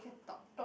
can talk